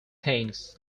things